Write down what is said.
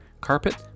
carpet